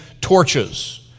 torches